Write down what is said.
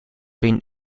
been